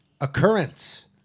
Occurrence